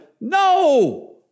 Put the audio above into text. No